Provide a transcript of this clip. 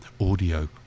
audio